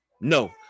No